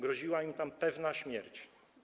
Groziła im tam pewna śmierć.